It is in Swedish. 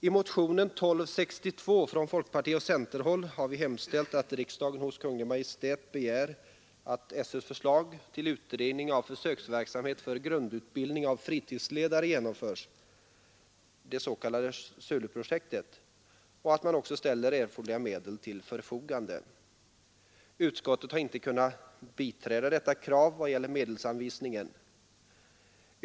I motionen 1262 har vi från folkpartioch centerhåll hemställt att riksdagen hos Kungl. Maj:t begär att SÖ:s förslag till utredning av försöksverksamhet för grundutbildning av fritidsledare genomförs, det s.k. SULU-projektet, och att man också ställer erforderliga medel till förfogande. Utskottet har inte kunnat biträda detta krav vad gäller medelsanvisningen.